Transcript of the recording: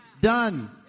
Done